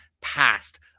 past